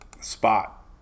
spot